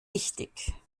wichtig